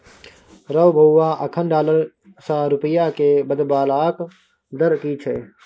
रौ बौआ अखन डॉलर सँ रूपिया केँ बदलबाक दर की छै?